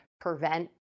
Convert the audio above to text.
prevent